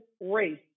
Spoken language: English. race